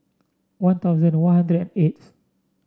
One Thousand One Hundred and eighth